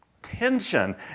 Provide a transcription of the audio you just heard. tension